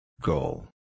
Goal